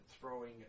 throwing